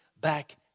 back